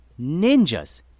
Ninjas